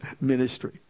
ministry